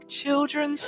children